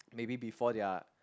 maybe before their